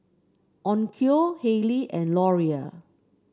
Onkyo Haylee and Laurier